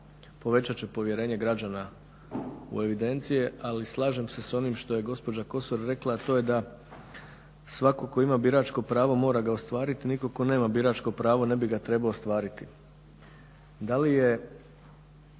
povećat će povjerenje građana u evidencije ali slažem se s onim što je gospođa Kosor rekla a to je da svako tko ima biračko pravo, mora ga ostvariti. Nitko tko nema biračko pravo ne bi ga trebao ostvariti.